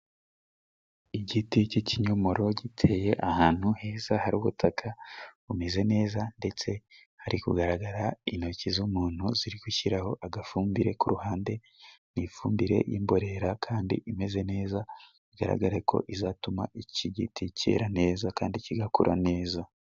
Igiti cy'kinyomoro giteye ahantu heza hari ubutaka bumeze neza ndetse hari kugaragara intoki z'umuntu ziri gushyiraho agafumbire ku ruhande. Ni ifumbire y'imborera kandi imeze neza bigaragare ko izatuma iki giti kera neza kandi kigakura neza.